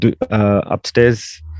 upstairs